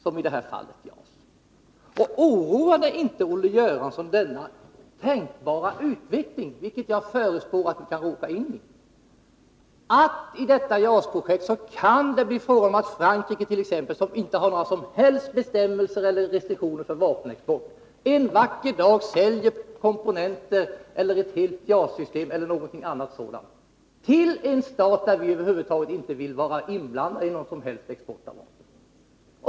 Oroar det inte Olle Göransson att vi kan råka in i den utveckling som jag här förespått, nämligen att det i detta JAS-projekt kan bli fråga om attt.ex. Frankrike, som inte har några som helst bestämmelser eller restriktioner för vapenexport, en vacker dag säljer komponenter, ett helt JAS-system eller någonting annat sådant till en stat, med vilken vi över huvud taget inte vill ha att göra när det gäller vapenexport.